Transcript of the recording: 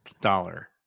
dollar